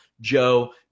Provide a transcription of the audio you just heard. Joe